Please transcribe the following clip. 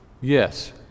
Yes